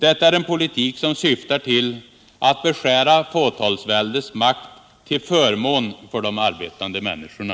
Detta är en politik som syftar till all beskära fåtalsväldets makt till förmån för de arbetande människorna.